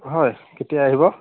হয় কেতিয়া আহিব